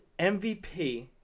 MVP